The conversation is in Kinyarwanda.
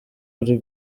ari